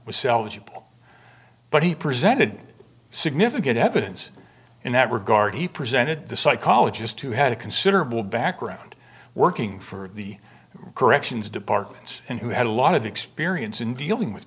salvageable but he presented significant evidence in that regard he presented the psychologist who had a considerable background working for the corrections departments and who had a lot of experience in dealing with